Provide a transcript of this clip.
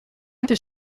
other